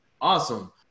Awesome